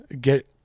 get